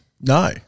no